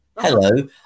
hello